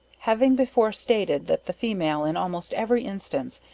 having before stated that the female in almost every instance,